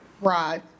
Right